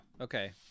okay